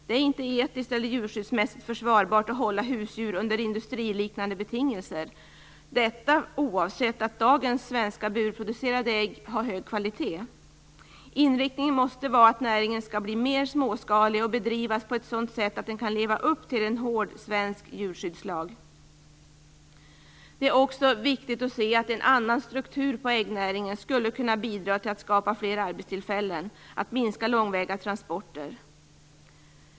Det är inte etiskt eller djurskyddsmässigt försvarbart att hålla husdjur under industriliknande betingelser, detta oavsett om dagens svenska burproducerade ägg har hög kvalitet. Inriktningen måste vara att näringen skall bli mer småskalig och bedrivas på ett sådant sätt att den kan leva upp till en hård svensk djurskyddslag. Det är också viktigt att se att en annan struktur på äggnäringen skulle kunna bidra till att skapa fler arbetstillfällen och minska långväga transporter.